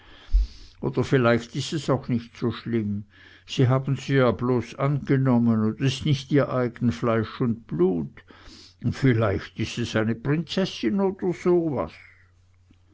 oder vielleicht is es auch nich so schlimm sie haben sie ja bloß angenommen un is nich ihr eigen fleisch und blut un vielleicht is es eine prinzessin oder so was